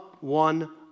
one